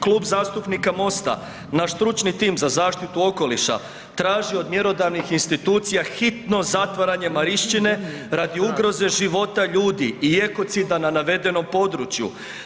Klub zastupnika MOST-a, naš stručni tim za zaštitu okoliša traži od mjerodavnih institucija hitno zatvaranje Marišćine radi ugroze života ljudi i ekocida na navedenom području.